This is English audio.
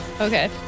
Okay